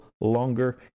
longer